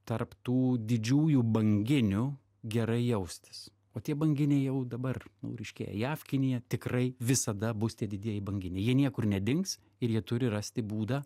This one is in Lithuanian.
tarp tų didžiųjų banginių gerai jaustis o tie banginiai jau dabar reiškia jav kinija tikrai visada bus tie didieji banginiai jie niekur nedings ir jie turi rasti būdą